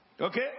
okay